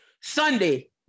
Sunday